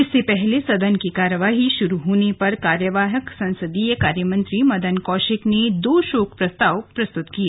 इससे पहले सदन की कार्यवाही शुरू होने पर कार्यवाहक संसदीय कार्यमंत्री मदन कौशिक ने दो शोक प्रस्ताव पेश किए